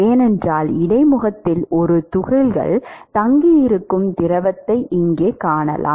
ஏனென்றால் இடைமுகத்தில் ஒரு துகள்கள் தங்கியிருக்கும் திரவத்தை இங்கே காணலாம்